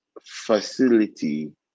facility